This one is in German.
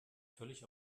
völlig